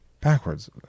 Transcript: Backwards